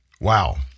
Wow